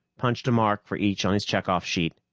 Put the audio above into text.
punched a mark for each on his checkoff sheet,